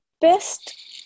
Best